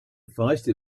feisty